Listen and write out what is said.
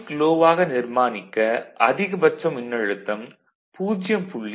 logic low ஆக நிர்மாணிக்க அதிகபட்ச மின்னழுத்தம் 0